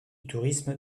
tourisme